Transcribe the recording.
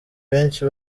benshi